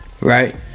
right